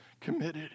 Committed